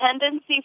tendency